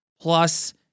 plus